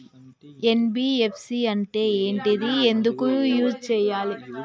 NBFC అంటే ఏంటిది ఎందుకు యూజ్ చేయాలి?